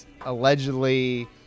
allegedly